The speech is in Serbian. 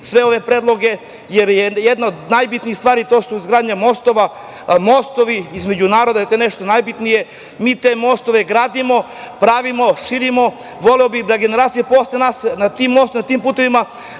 sve ove predloge, jer jedana od najbitnijih stvari je izgradnja mostova. Mostovi između naroda je nešto najbitnije. Mi te mostove gradimo, pravimo, širimo. Voleo bih da generacije posele nas na tim mostovima, na tim putevima